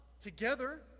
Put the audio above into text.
together